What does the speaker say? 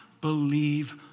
believe